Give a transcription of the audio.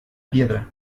piedra